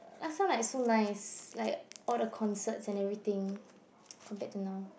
last time like so nice like all the concerts and everything compared to now